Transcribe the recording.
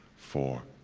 four,